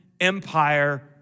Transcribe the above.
empire